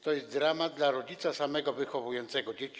To jest dramat dla rodzica samego wychowującego dzieci.